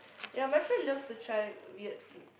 ya my friend loves to try weird foods